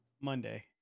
Monday